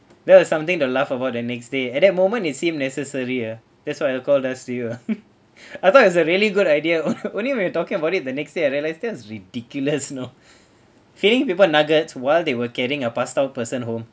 there was something to laugh about the next day at that moment it seem necessary uh that's why I called that's to you uh I thought it's a really good idea only when we talking about it the next day I realize that is ridiculous you know feeding people nuggets while they were carrying a passed out person home